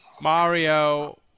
Mario